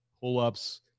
Pull-ups